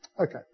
Okay